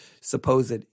supposed